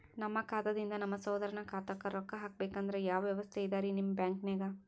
ನಮ್ಮ ಖಾತಾದಿಂದ ನಮ್ಮ ಸಹೋದರನ ಖಾತಾಕ್ಕಾ ರೊಕ್ಕಾ ಹಾಕ್ಬೇಕಂದ್ರ ಯಾವ ವ್ಯವಸ್ಥೆ ಇದರೀ ನಿಮ್ಮ ಬ್ಯಾಂಕ್ನಾಗ?